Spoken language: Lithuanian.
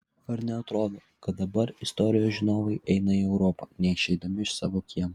ar neatrodo kad dabar istorijos žinovai eina į europą neišeidami iš savo kiemo